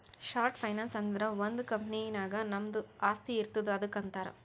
short finance ಅಂದುರ್ ಒಂದ್ company ನಾಗ್ ನಮ್ದು ಆಸ್ತಿ ಇರ್ತುದ್ ಅದುಕ್ಕ ಅಂತಾರ್